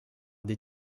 des